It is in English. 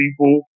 people